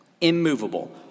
immovable